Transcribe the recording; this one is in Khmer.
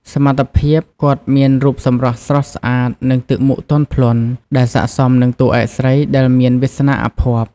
សមត្ថភាព គាត់មានរូបសម្រស់ស្រស់ស្អាតនិងទឹកមុខទន់ភ្លន់ ដែលស័ក្តិសមនឹងតួឯកស្រីដែលមានវាសនាអភ័ព្វ។